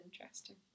interesting